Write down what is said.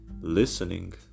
listening